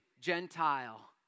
Gentile